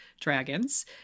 dragons